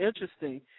interesting